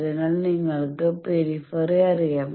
അതിനാൽ നിങ്ങൾക്ക് പെരിഫറി അറിയാം